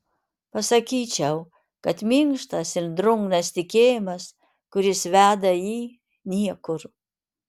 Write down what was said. pasakyčiau kad minkštas ir drungnas tikėjimas kuris veda į niekur